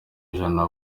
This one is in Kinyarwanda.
ijana